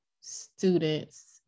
students